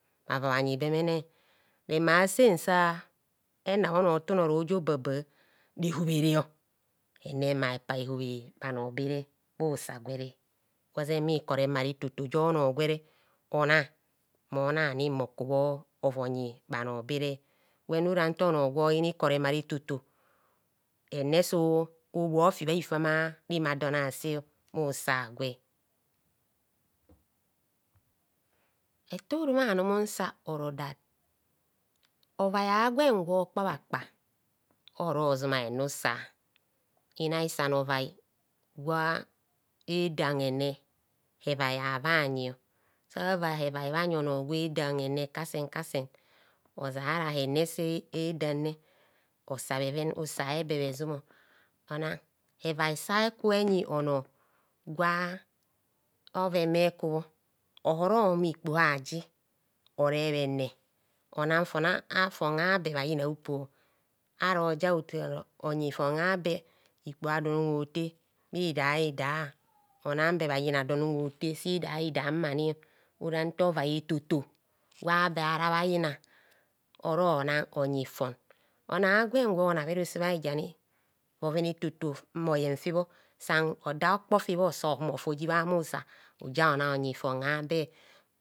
Ava bhayi bemene rema asen sa henabhe onor otun oro ojo baba rehubhere hene mma hepa ehobhe bhanor bere bhusa gwere ozen bhi koremare etoto ja onor gwere ona mona ani mmokubho ovonyi bhanor bere gwene ora nta onor gwo yina ikore mare etoto hene se obhoa ofi bha hifam a' remeadon ase bhusa agwe ete orom anum unsa oro dat ovai a'gwen gwo kpabhakpab ohorozuma hene usa. Inai san ovai gwedam henehevai ava bhanyio, sa bhava hene bhanyi onor gwa edam hene kasen kasen ozara hene se damne osa bheven usa bhebe bhezumo, onan hevai sa heku onyi onor gwa bhoven bhekubho ohoro bumor ikpoho aji ore hene onem fon a'be bhayina bhupo aroja otaoror onyi fon abe ikpoho adon unwe hote bhidaidali onan be bha yina don unwe ote si daidamanio. Ora nta ovai etoto gwa be ara bhayina orona onyi fon. Onor agwen gwo nabhere ose bhahijani bhoven a'etoto mmoye febho san oda okpofebho sohumo fe oji bhame usa ojia ona onyi fon a'be.